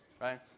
right